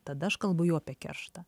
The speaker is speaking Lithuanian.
tada aš kalbu jau apie kerštą